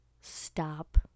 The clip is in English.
stop